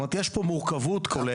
יש כאן מורכבות כוללת.